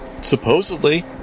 Supposedly